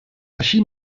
així